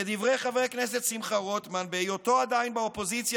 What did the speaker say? כדברי חבר הכנסת שמחה רוטמן בהיותו עדיין באופוזיציה,